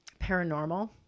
paranormal